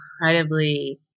incredibly